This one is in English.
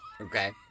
Okay